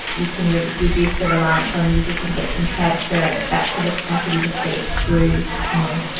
you can reduce the reliance on music and get some transference back to the capacity to speak through singing.